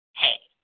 hey